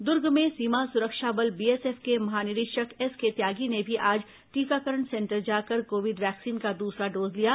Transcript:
दुर्ग में सीमा सुरक्षा बल बीएसएफ के महानिरीक्षक एसके त्यागी ने भी आज टीकाकरण सेंटर जाकर कोविड वैक्सीन का दूसरा डोज लिया